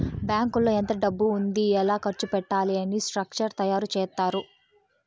బ్యాంకులో ఎంత డబ్బు ఉంది ఎలా ఖర్చు పెట్టాలి అని స్ట్రక్చర్ తయారు చేత్తారు